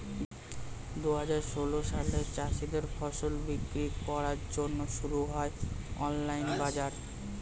দুহাজার ষোল সালে চাষীদের ফসল বিক্রি করার জন্যে শুরু হয় অনলাইন বাজার